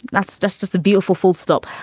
that's just just a beautiful full stop.